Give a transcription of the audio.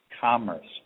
commerce